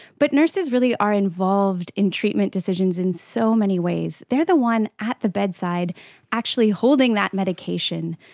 but nurses really are involved in treatment decisions in so many ways. they are the one at the bedside actually holding that medication,